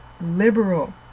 Liberal